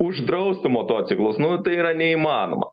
uždrausti motociklus nu tai yra neįmanoma